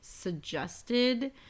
suggested